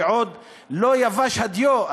שעוד לא יבש הדיו,